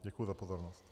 Děkuji za pozornost.